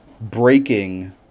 breaking